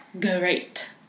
great